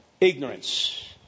Ignorance